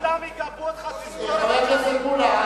כולם יגבו אותך, חבר הכנסת מולה,